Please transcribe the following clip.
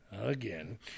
again